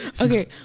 Okay